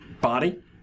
body